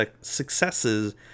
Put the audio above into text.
successes